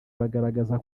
bagaragaza